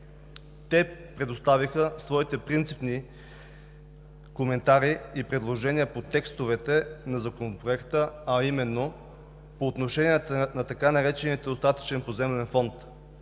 Те предоставиха своите принципни коментари и предложения по текстовете на Законопроекта, а именно по отношенията на така наречения „остатъчен“ поземлен фонд.